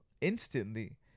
instantly